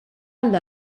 għal